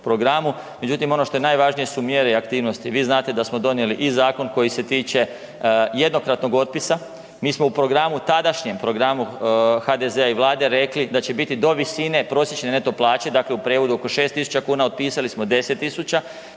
programu. Međutim, ono što je najvažnije su mjere i aktivnosti. Vi znate da smo donijeli i zakon koji se tiče jednokratnog otpisa, mi smo u programu, tadašnjem programu HDZ-a i vlade rekli da će biti do visine prosječne neto plaće, dakle u prijevodu oko 6000 kuna, otpisali smo 10 000,